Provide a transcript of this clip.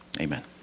amen